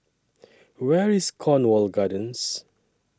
Where IS Cornwall Gardens